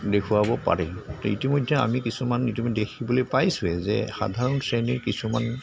দেখুৱাব পাৰি তো ইতিমধ্যে আমি কিছুমান ইতিমধ্যে দেখিবলৈ পাইছোঁৱে যে সাধাৰণ শ্ৰেণীৰ কিছুমান